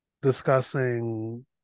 discussing